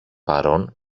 παρών